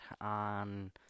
on